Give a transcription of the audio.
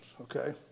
Okay